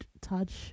touch